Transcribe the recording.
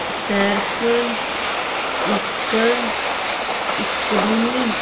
ਸਿਰਫ਼ ਇੱਕ ਇਕੱਲੀ